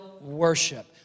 worship